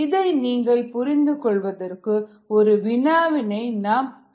இதை நீங்கள் புரிந்து கொள்வதற்கு ஒரு வினாவினை நாம் பின்னர் பார்க்கலாம்